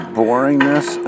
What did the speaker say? boringness